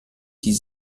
die